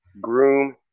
Groom